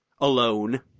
alone